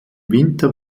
winter